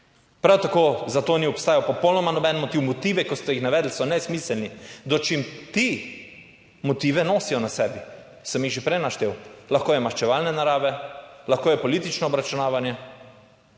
prav tako za to ni obstajal popolnoma noben motiv. Motivi, ki ste jih navedli, so nesmiselni, dočim ti motive nosijo na sebi, sem jih že prej naštel; lahko je maščevalne narave, lahko je politično obračunavanje